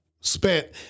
Spent